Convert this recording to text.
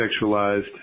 sexualized